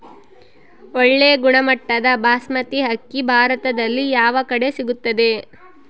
ಒಳ್ಳೆ ಗುಣಮಟ್ಟದ ಬಾಸ್ಮತಿ ಅಕ್ಕಿ ಭಾರತದಲ್ಲಿ ಯಾವ ಕಡೆ ಸಿಗುತ್ತದೆ?